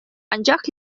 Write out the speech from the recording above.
анчах